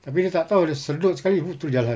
tapi dia tak tahu dia sedut sekali !fuh! terus jalan